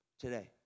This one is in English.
today